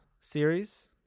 series